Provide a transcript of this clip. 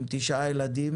עם תשעה ילדים